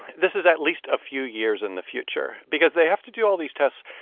this is at least a few years in the future because they have to do all these tests.